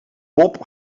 bob